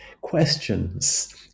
questions